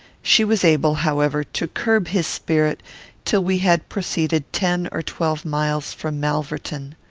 she was able, however, to curb his spirit till we had proceeded ten or twelve miles from malverton.